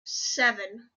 seven